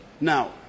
Now